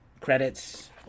Credits